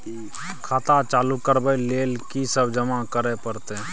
खाता चालू करबै लेल की सब जमा करै परतै?